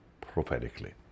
prophetically